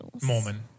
Mormon